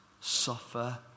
suffer